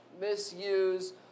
misuse